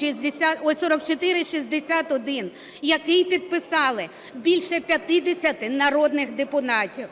4461, який підписали більше 50 народних депутатів.